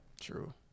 True